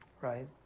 Right